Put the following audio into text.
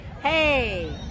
hey